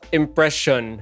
impression